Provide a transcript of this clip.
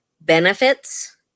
benefits